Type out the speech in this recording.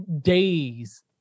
days